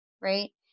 right